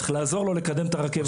צריך לעזור לו לקדם את הרכבת,